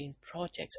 projects